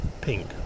pink